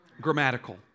grammatical